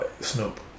Snoop